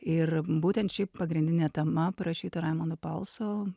ir būtent ši pragrindinė tema parašyta raimundo palso